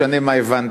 משנה מה הבנתי.